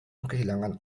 kehilangan